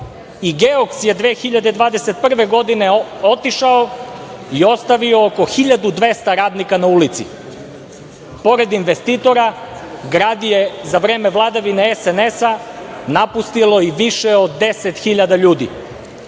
i „Geoks“ je 2021. godine otišao i ostavio oko 1.200 radnika na ulicu. Pored investitora grad je za vreme vladavine SNS-a napustilo i više od deset hiljada